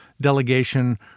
delegation